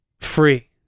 free